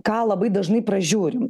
ką labai dažnai pražiūrim